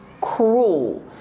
cruel